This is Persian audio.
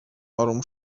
آروم